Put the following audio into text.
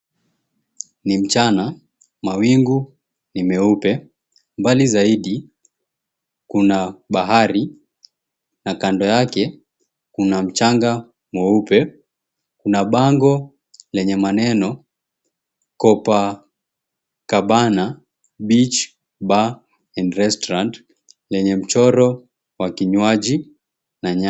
Ni mchana, mawingu ni meupe. Mbali zaidi kuna bahari na kando yake kuna mchanga mweupe. Kuna bango lenye maneno, Copacabana Beach Bar and Restaurant lenye mchoro wa kinywaji na...